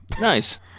Nice